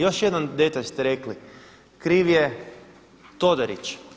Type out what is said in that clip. Još jedan detalj ste rekli, kriv je Todorić.